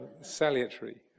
salutary